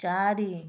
ଚାରି